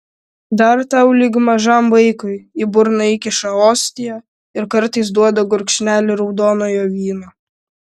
dar tau lyg mažam vaikui į burną įkiša ostiją ir kartais duoda gurkšnelį raudonojo vyno